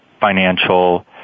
financial